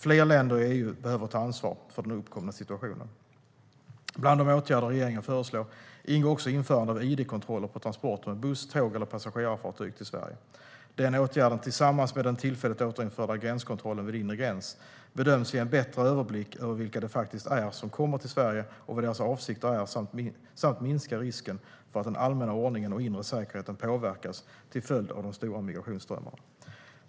Fler länder i EU behöver ta ansvar för den uppkomna situationen. Bland de åtgärder regeringen föreslår ingår också införande av id-kontroller på transporter med buss, tåg eller passagerarfartyg till Sverige. Den åtgärden, tillsammans med den tillfälligt återinförda gränskontrollen vid inre gräns, bedöms ge en bättre överblick över vilka det faktiskt är som kommer till Sverige och vad deras avsikter är samt minska risken för att den allmänna ordningen och inre säkerheten påverkas till följd av de stora migrationsströmmarna.